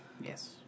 Yes